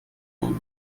lernen